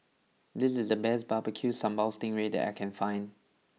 this is the best Barbecue Sambal Sting Ray that I can find